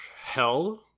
hell